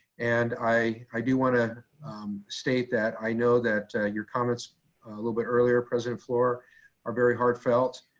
and i i do wanna state that i know that your comments a little bit earlier, president fluor are very heartfelt.